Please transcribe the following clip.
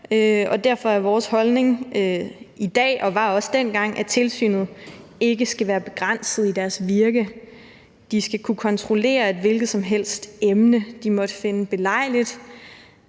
Derfor er vores holdning i dag og var også dengang, at tilsynet ikke skal være begrænset i dets virke. Tilsynet skal kunne kontrollere et hvilket som helst emne, det måtte finde belejligt.